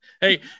Hey